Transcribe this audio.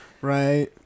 Right